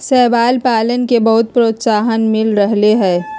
शैवाल पालन के बहुत प्रोत्साहन मिल रहले है